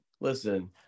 listen